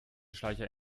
schleicher